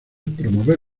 promover